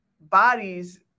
bodies